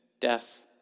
death